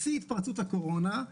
בשיא התפרצות הקורונה,